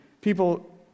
people